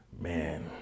Man